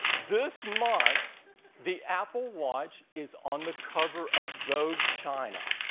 this month the apple watch is on the cover of vogue china.